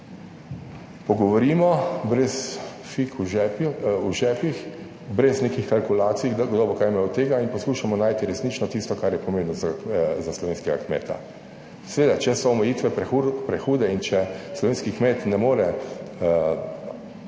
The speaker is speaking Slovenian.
pogovorimo brez fig v žepu, v žepih, brez nekih kalkulacij, da, kdo bo kaj imel od tega in poskušamo najti resnično tisto, kar je pomembno za slovenskega kmeta, seveda, če so omejitve prehude in če slovenski kmet ne more